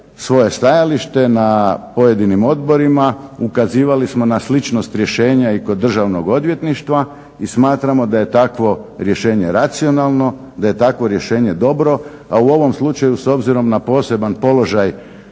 svoje stajalište na pojedinim odborima, ukazivali smo na sličnost rješenja i kod Državnog odvjetništva i smatramo da je takvo rješenje racionalno, da je takvo rješenje dobro. A u ovom slučaju s obzirom na poseban položaj